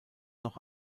noch